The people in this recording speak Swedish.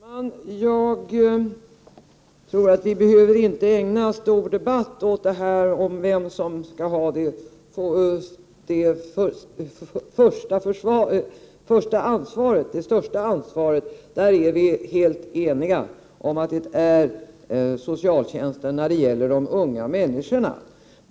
Herr talman! Jag tror inte att vi behöver ägna en stor debatt åt frågan om vem som skall ha det största ansvaret. I den frågan är vi helt eniga om att det är socialtjänsten som skall ha det ansvaret när det gäller de unga människorna.